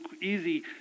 easy